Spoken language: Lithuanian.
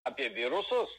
apie virusus